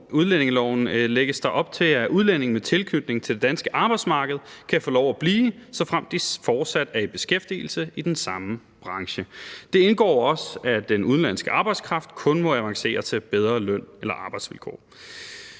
udlændingeloven lægges der op til, at udlændinge med tilknytning til det danske arbejdsmarked kan få lov at blive, såfremt de fortsat er i beskæftigelse i den samme branche. Det indgår også, at den udenlandske arbejdskraft kun må avancere til bedre løn- eller arbejdsvilkår.